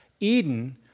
Eden